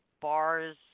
bars